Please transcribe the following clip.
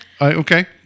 Okay